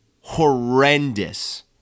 horrendous